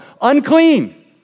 unclean